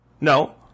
No